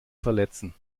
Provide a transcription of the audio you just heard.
verletzen